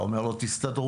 אתה אומר לו תסתדרו.